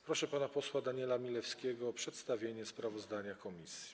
Proszę pana posła Daniela Milewskiego o przedstawienie sprawozdania komisji.